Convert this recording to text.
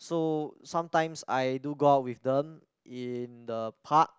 so sometimes I do go out with them in the park